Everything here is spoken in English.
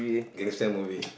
gangster movie